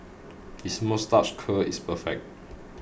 his moustache curl is perfect